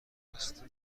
است